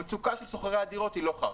המצוקה של שוכרי הדירות היא לא חרטא.